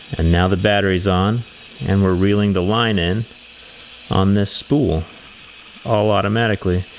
and now the battery is on and we're reeling the line in on this spool all automatically.